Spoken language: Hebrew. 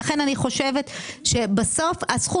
15:15.) אני מחדש את הישיבה של ועדת הכספים.